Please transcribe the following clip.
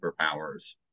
superpowers